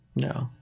No